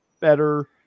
better